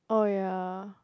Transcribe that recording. oh ya